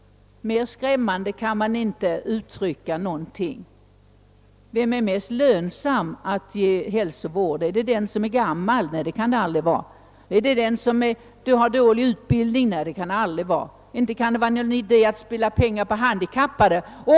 Mer skrämmande kan ingenting uttryckas. Vem är det mest lönsamt att ge hälsovård? Är det den som är gammal? Nej, det kan det inte vara. är det den som har dålig utbildning? Nej, det kan det inte vara. Och inte kan det vara någon idé att spilla pengar på handikappade!